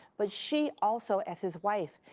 but she also, as his wife,